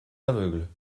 aveugle